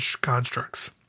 constructs